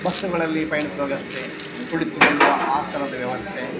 ಬಸ್ಸುಗಳಲ್ಲಿ ಪಯಣಿಸುವಾಗಷ್ಟೇ ಕುಳಿತುಕೊಳ್ಳುವ ಆಸನದ ವ್ಯವಸ್ಥೆ